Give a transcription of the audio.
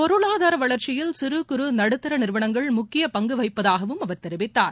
பொருளாதார வளர்ச்சியில் சிறு குறு நடுத்தர நிறுவனங்கள் முக்கிய பங்கு வகிப்பதாகவும் அவர் தெரிவித்தார்